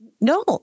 no